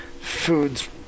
food's